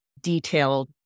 detailed